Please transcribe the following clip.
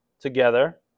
together